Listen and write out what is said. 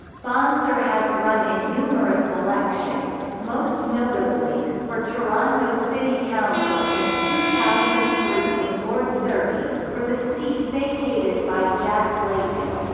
bonser has run in numerous elections, most notably, for toronto city council in two thousand and three in ward thirty, for the seat vacated by jack layton.